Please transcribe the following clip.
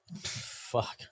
Fuck